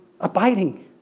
abiding